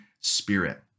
Spirit